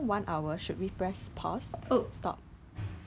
then after that I think got people report me leh